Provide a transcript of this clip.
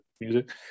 music